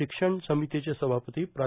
शिक्षण समितीचे सभापती प्रा